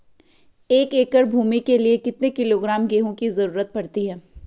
एक एकड़ भूमि के लिए कितने किलोग्राम गेहूँ की जरूरत पड़ती है?